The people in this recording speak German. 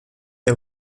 der